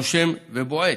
נושם ובועט.